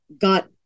got